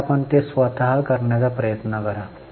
तर आपण ते स्वतः करण्याचा प्रयत्न करा